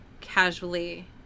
casually